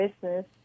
business